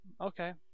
Okay